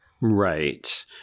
Right